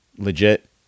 legit